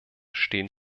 stehen